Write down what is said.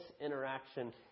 interaction